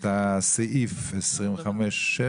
את הסעיף 25(א)(6),